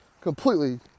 completely